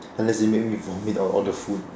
unless they make me vomit out all the food